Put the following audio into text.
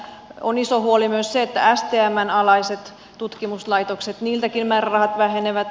kyllä iso huoli on myös se että stmn alaisilta tutkimuslaitoksiltakin määrärahat vähenevät